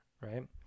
right